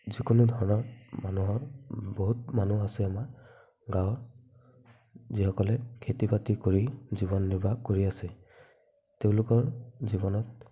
যিকোনো ধৰণৰ মানুহৰ বহুত মানুহ আছে আমাৰ গাওঁত যিসকলে খেতি বাতি কৰি জীৱন নিৰ্বাহ কৰি আছে তেওঁলোকৰ জীৱনত